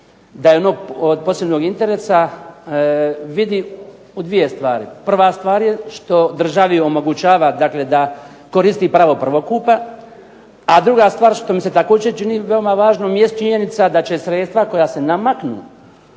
da je on od posebnog interesa vidi u dvije stvari. Prva stvar je što državi omogućava da koristi pravo prvokupa, a druga stvar što mi se također čini veoma važnom jest činjenica da će sredstva koja se namaknu